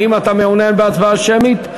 האם אתה מעוניין בהצבעה שמית,